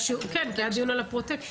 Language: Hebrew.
כן, היה דיון על הפרוטקשן.